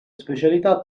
specialità